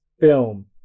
film